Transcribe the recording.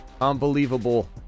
Unbelievable